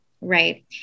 right